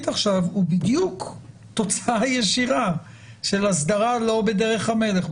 עכשיו הוא בדיוק תוצאה ישירה של הסדרה לא בדרך המלך,